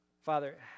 Father